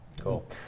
Cool